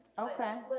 Okay